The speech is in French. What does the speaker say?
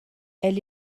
elle